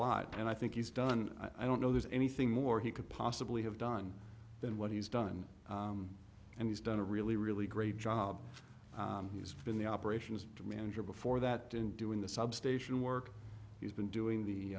lot and i think he's done i don't know there's anything more he could possibly have done than what he's done and he's done a really really great job he's been the operations manager before that in doing the substation work he's been doing the